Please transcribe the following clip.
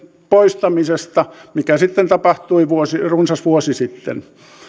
poistamisesta mikä sitten tapahtui runsas vuosi sitten